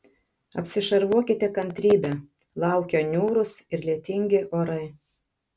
apsišarvuokite kantrybe laukia niūrūs ir lietingi orai